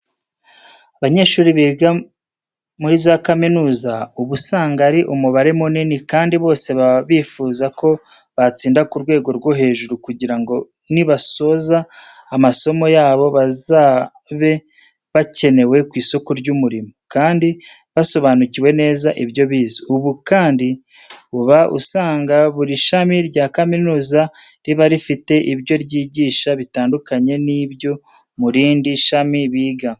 Abanyeshuri biga muri za kaminuza, uba usanga ari umubare munini kandi bose baba bifuza ko batsinda ku rwego rwo hejuru kugira ngo nibasoza amasomo yabo bazabe bakenewe ku isoko ry'umurimo, kandi basobanukiwe neza ibyo bize. Ubu kandi uba usanga buri shami rya kaminuza riba rifite ibyo ryigisha bitandukanye n'ibyo murindi shami biga.